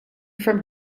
from